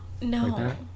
No